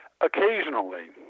Occasionally